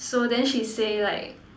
so then she say like